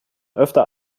öfter